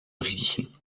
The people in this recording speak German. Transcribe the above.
riechen